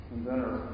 inventor